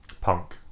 punk